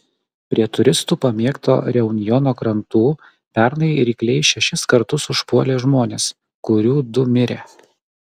prie turistų pamėgto reunjono krantų pernai rykliai šešis kartus užpuolė žmones kurių du mirė